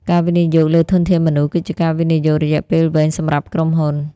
ការវិនិយោគលើធនធានមនុស្សគឺជាការវិនិយោគរយៈពេលវែងសម្រាប់ក្រុមហ៊ុន។